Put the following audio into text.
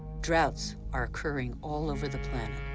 droughts are occurring all over the planet.